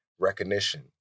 recognition